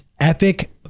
epic